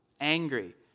angry